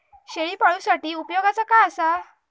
शेळीपाळूसाठी उपयोगाचा काय असा?